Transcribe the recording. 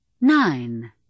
nine